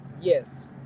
Yes